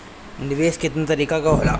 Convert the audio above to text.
निवेस केतना तरीका के होला?